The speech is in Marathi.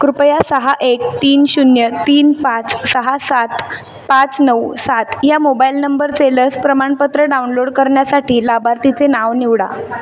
कृपया सहा एक तीन शून्य तीन पाच सहा सात पाच नऊ सात या मोबाईल नंबरचे लस प्रमाणपत्र डाउनलोड करण्यासाठी लाभार्थीचे नाव निवडा